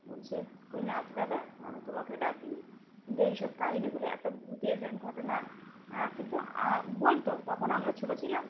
বলছে ওুই না তো দাদা আমি তোমাকে ডাকিনি কিন্তু এইসব কাহিনিগুলো এত ভূতের ঘটনা কিন্তু বলতো তখন আমরা ছোটো ছিলাম